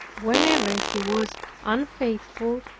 whenever he was unfaithful,